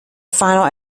final